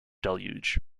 deluge